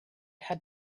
had